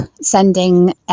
sending